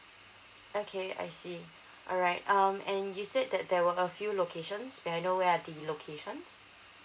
okay I see alright um and you said that there were a few locations may I know where are the locations